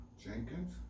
Jenkins